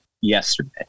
yesterday